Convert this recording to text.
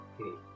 Okay